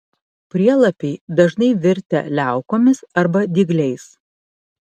prielapiai dažnai virtę liaukomis arba dygliais